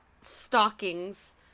stockings